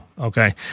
okay